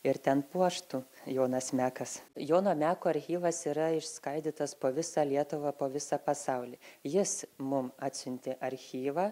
ir ten puoštų jonas mekas jono meko archyvas yra išskaidytas po visą lietuvą po visą pasaulį jis mums atsiuntė archyvą